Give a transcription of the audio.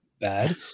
bad